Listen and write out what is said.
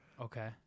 okay